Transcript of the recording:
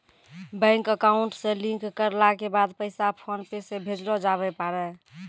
bank account से link करला के बाद पैसा फोनपे से भेजलो जावै पारै